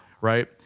Right